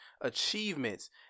achievements